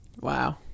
wow